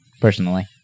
personally